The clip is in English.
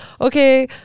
Okay